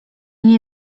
nie